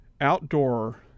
outdoor